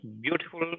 beautiful